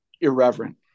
irreverent